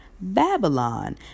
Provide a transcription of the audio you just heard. babylon